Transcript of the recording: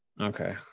Okay